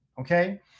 okay